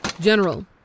General